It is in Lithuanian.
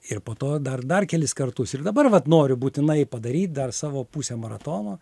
ir po to dar dar kelis kartus ir dabar vat noriu būtinai padaryt dar savo pusę maratono